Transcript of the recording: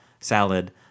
salad